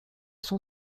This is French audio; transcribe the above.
son